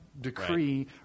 decree